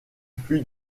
fut